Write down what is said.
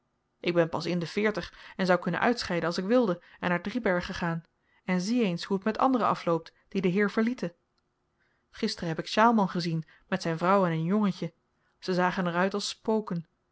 ik ben pas in de veertig en zou kunnen uitscheiden als ik wilde en naar driebergen gaan en zie eens hoe t met anderen afloopt die den heer verlieten gisteren heb ik sjaalman gezien met zyn vrouw en hun jongetje ze zagen er uit als spoken